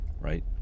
right